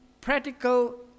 practical